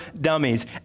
dummies